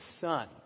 son